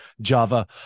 Java